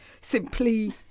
simply